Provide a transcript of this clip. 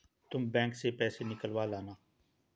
तुम बैंक से पैसे निकलवा लाना